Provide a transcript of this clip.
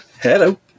Hello